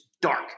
dark